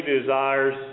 desires